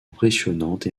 impressionnante